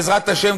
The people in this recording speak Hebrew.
בעזרת השם,